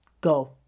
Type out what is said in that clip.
go